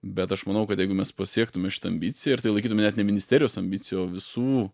bet aš manau kad jeigu mes pasiektume šitą ambiciją ir tai laikytume net ne ministerijos ambicija o visų